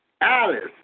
Alice